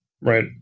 Right